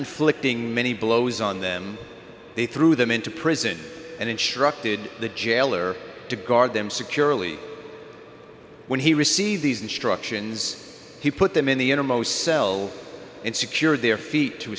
inflicting many blows on them they threw them into prison and instructed the jailer to guard them securely when he received these instructions he put them in the innermost cell and secured their feet to